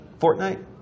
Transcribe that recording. Fortnite